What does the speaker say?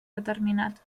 determinat